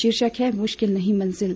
शीर्षक है मुश्किल नहीं मंजिल